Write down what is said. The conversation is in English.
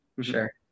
Sure